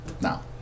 Now